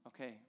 Okay